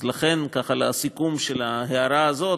לכן, לסיכום ההערה הזאת,